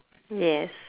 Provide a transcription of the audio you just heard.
yes